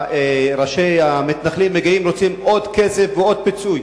ראשי המתנחלים מגיעים, רוצים עוד כסף ועוד פיצוי.